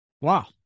Wow